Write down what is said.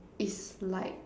is like